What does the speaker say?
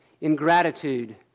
ingratitude